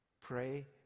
Pray